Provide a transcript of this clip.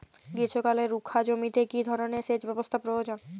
গ্রীষ্মকালে রুখা জমিতে কি ধরনের সেচ ব্যবস্থা প্রয়োজন?